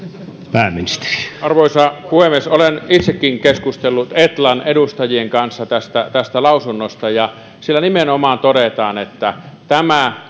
arvoisa puhemies olen itsekin keskustellut etlan edustajien kanssa tästä tästä lausunnosta ja siellä nimenomaan todetaan että tämä